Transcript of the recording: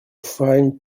fine